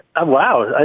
Wow